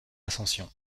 ascension